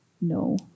no